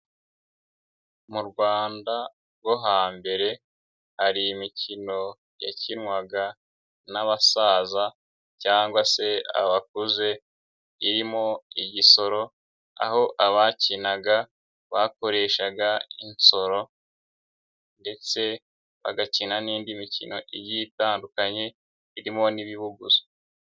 Mu Rwanda rwo hambere, hari imikino yakinwaga n'abasaza cyangwa se abakuze, irimo igisoro, aho abakinaga, bakoreshaga insoro ndetse bagakina n'indi mikino igiye itandukanye, irimo n'ibibuguzo.